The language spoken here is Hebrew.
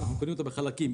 אנחנו קונים אותה בחלקים.